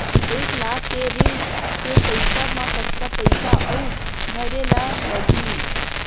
एक लाख के ऋण के पईसा म कतका पईसा आऊ भरे ला लगही?